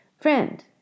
Friend